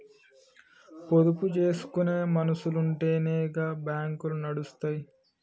పొదుపు జేసుకునే మనుసులుంటెనే గా బాంకులు నడుస్తయ్